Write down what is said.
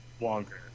longer